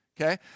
Okay